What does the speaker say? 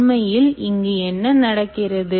உண்மையில் இங்கு என்ன நடக்கிறது